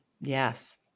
Yes